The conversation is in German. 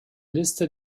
liste